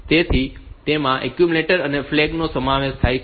તેથી તેમાં એક્યુમ્યુલેટર અને ફ્લેગ નો સમાવેશ થાય છે